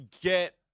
get